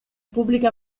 pubbliche